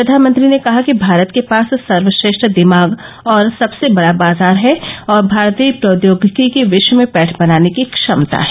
प्रधानमंत्री ने कहा कि भारत के पास सर्वश्रेष्ठ दिमाग और सबसे बड़ा बाजार है और भारतीय प्रौद्योगिकी की विश्व में पैठ बनाने की क्षमता है